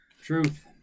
Truth